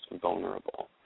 vulnerable